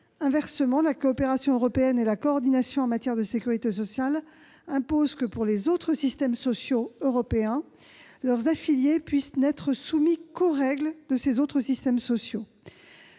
Inversement, la coopération européenne et la coordination en matière de sécurité sociale imposent que les affiliés aux autres systèmes sociaux européens puissent n'être soumis qu'aux règles de ces autres systèmes.